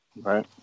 Right